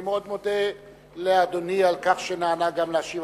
אני מאוד מודה לאדוני על כך שנענה והשיב